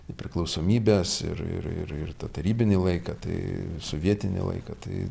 nepriklausomybės ir ir ir ir tą tarybinį laiką tai sovietinį laiką tai